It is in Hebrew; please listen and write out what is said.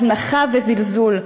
הזנחה וזלזול.